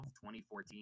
2014